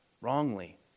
wrongly